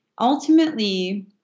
ultimately